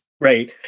Right